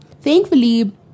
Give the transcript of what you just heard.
Thankfully